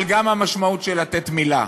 אבל גם המשמעות של לתת מילה,